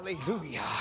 Hallelujah